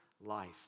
life